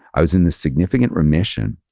i was in the significant remission.